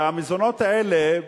והמזונות האלה,